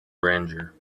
grandeur